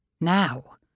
Now